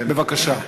בבקשה.